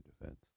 defense